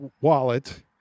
wallet